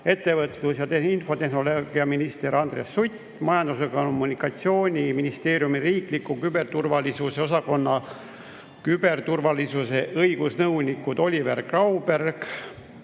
ettevõtlus‑ ja infotehnoloogiaminister Andres Sutt, Majandus- ja Kommunikatsiooniministeeriumi riikliku küberturvalisuse osakonna küberturvalisuse õigusnõunikud Oliver Grauberg